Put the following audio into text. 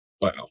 Wow